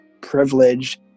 privilege